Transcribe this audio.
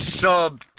sub